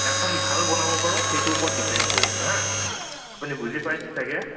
এখন ভাল বনাব পাৰোঁ সেইটোৰ ওপৰত ডিপেণ্ড কৰিছো হাঁ আপুনি বুজি পাইছে চাগৈ